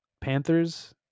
Panthers